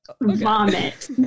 vomit